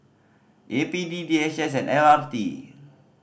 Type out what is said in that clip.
A P D D H S and L R T